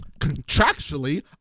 Contractually